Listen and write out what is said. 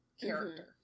character